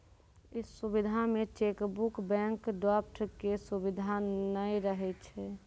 इ सुविधा मे चेकबुक, बैंक ड्राफ्ट के सुविधा नै रहै छै